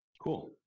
Cool